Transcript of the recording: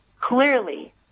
clearly